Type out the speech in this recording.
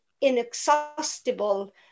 inexhaustible